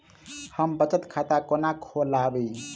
हम बचत खाता कोना खोलाबी?